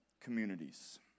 communities